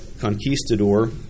conquistador